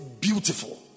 beautiful